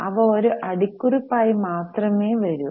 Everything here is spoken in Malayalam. അവ ഒരു അടിക്കുറിപ്പായി മാത്രമേ വരൂ